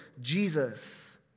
Jesus